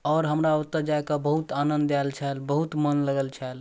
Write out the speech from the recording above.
आओर हमरा ओतऽ जाकऽ बहुत आनन्द आएल छल बहुत मोन लागल छल